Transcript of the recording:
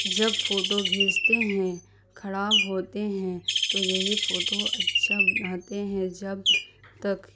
جب فوٹو گھینچتے ہیں خراب ہوتے ہیں تو یہی فوٹو اچھا بناتے ہیں جب تک